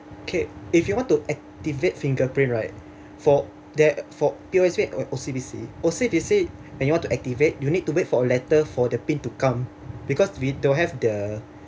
okay if you want to activate fingerprint right for that for P_O_S_B or O_C_B_C O_C_B_C and you want to activate you need to wait for a letter for the pin to come because we don't have the